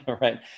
right